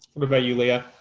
what about you leah?